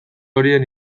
horien